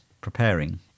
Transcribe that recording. preparing